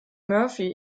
murphy